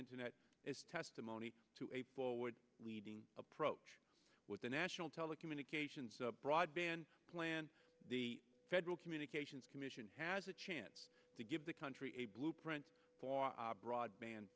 internet is testimony to a forward leading approach with a national telecommunications broadband plan the federal communications commission has a chance to give the country a blueprint for our broadband